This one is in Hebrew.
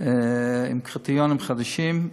עם קריטריונים חדשים,